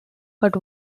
but